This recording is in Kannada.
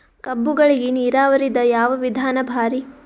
ಕಬ್ಬುಗಳಿಗಿ ನೀರಾವರಿದ ಯಾವ ವಿಧಾನ ಭಾರಿ?